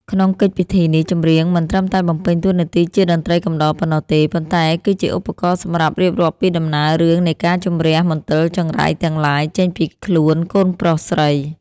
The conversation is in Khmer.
ក្នុងកិច្ចពិធីនេះ ចម្រៀងមិនត្រឹមតែបំពេញតួនាទីជាតន្ត្រីកំដរប៉ុណ្ណោះទេ ប៉ុន្តែគឺជាឧបករណ៍សម្រាប់រៀបរាប់ពីដំណើររឿងនៃការជម្រះមន្ទិលចង្រៃទាំងឡាយចេញពីខ្លួនកូនប្រុសស្រី